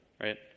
right